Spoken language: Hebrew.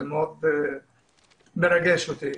זה מאוד מרגש אותי.